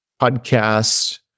podcast